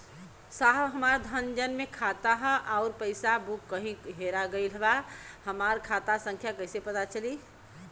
साहब हमार जन धन मे खाता ह अउर पास बुक कहीं हेरा गईल बा हमार खाता संख्या कईसे पता चली?